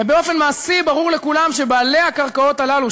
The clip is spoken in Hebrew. ובאופן מעשי ברור לכולם שבעלי הקרקעות הללו,